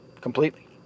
completely